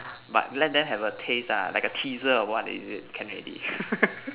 but let them have a taste ah like a teaser of what is it can already